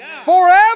Forever